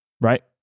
right